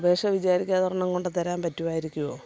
ഉപേക്ഷ വിചാരിക്കാതെ ഒരെണ്ണം കൊണ്ടു തരാൻ പറ്റുമായിരിക്കുമോ